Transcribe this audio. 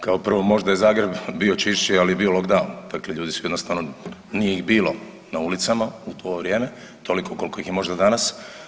Kao prvo možda je Zagreb bio čišći, ali je bio lockdown, dakle ljudi su jednostavno, nije ih bilo na ulicama u to vrijeme toliko koliko ih je možda danas.